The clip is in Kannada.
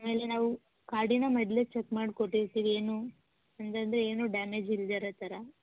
ಆಮೇಲೆ ನಾವು ಗಾಡಿನಾ ಮೊದಲೇ ಚೆಕ್ ಮಾಡಿ ಕೊಟ್ಟಿರ್ತೀವಿ ಏನೂ ಹಾಗಂದ್ರೆ ಏನೂ ಡ್ಯಾಮೇಜ್ ಇಲ್ಲದೇ ಇರೋ ಥರ